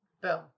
Boom